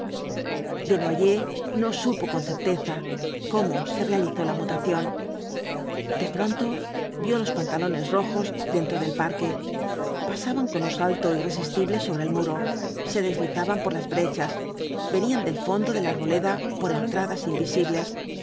desnoyers no supo con certeza cómo se realizó la mutación de pronto vio los pantalones rojos dentro del parque pasaban con un salto irresistible sobre el muro se deslizaban por las brechas venían del fondo de la arboleda por entradas invisibles